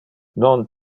non